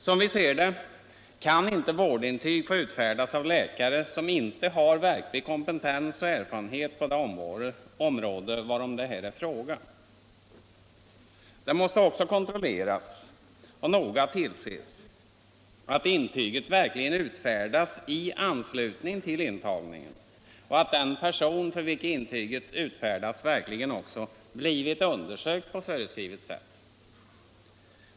Som vi ser det kan inte vårdintyg få utfärdas av läkare som inte har verklig kompetens och erfarenhet på det område varom det här är fråga. Det måste också kontrolleras och noga tillses att intyget verkligen utfärdas i anslutning till intagning och att den person för vilken intyget utfärdats verkligen också blivit undersökt på föreskrivet sätt.